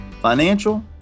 financial